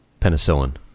penicillin